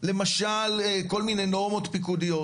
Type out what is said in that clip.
למשל כל מיני נורמות פיקודיות